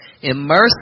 immerse